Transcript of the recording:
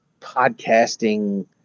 podcasting